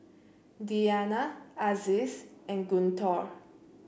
Diyana Aziz and Guntur